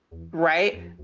right?